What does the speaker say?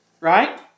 right